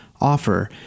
offer